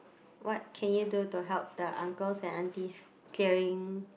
what can you do to help the uncles and aunties clearing